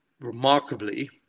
remarkably